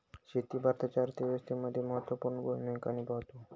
शेती भारताच्या अर्थव्यवस्थेमध्ये महत्त्वपूर्ण भूमिका निभावते